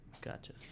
Gotcha